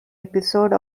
episode